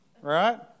Right